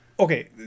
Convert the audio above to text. Okay